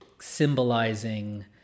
symbolizing